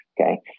Okay